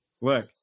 look